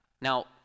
Now